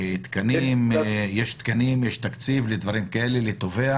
האם יש תקנים ותקציב לתובע ולדברים כאלה?